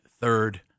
third